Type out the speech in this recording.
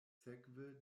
sekve